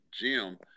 Jim